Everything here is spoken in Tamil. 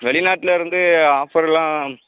வெளிநாட்டில் இருந்து ஆஃபர்லாம்